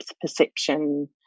perception